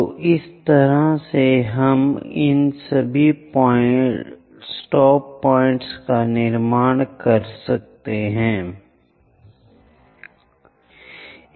तो इस तरह से हम इन सभी स्टॉप पॉइंट का निर्माण करेंगे